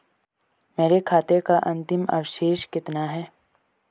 मेरे खाते का अंतिम अवशेष कितना है?